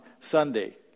Sunday